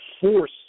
force